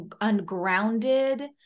ungrounded